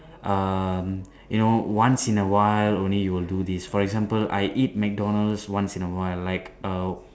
uh you know once in a while only you will do this for example I eat McDonald's once in a while like uh